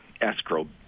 escrow